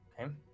Okay